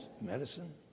medicine